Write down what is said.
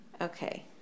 Okay